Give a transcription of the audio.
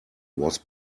was